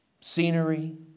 scenery